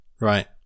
right